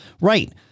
Right